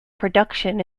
production